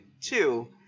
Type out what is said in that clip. two